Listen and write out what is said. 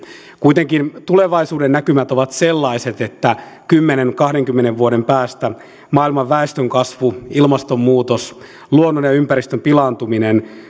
kuitenkin tulevaisuuden näkymät ovat sellaiset että kymmenen viiva kahdenkymmenen vuoden päästä maailman väestönkasvu ilmastonmuutos luonnon ja ympäristön pilaantuminen